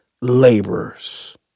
laborers